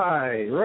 Right